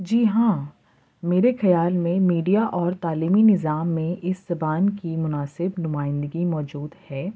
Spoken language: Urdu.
جی ہاں میرے خیال میں میڈیا اور تعلیمی نظام میں اس زبان کی مناسب نمائندگی موجود ہے